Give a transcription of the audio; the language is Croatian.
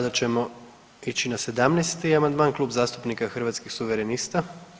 Sada ćemo ići na 17. amandman Klub zastupnika Hrvatskih suverenista.